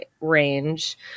range